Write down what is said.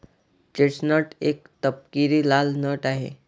chestnut एक तपकिरी लाल नट आहे